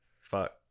fuck